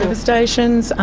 um stations,